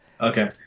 Okay